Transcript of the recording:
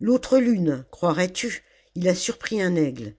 l'autre lune croirais-tu il a surpris un aigle